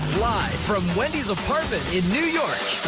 live from wendy's apartment in new york,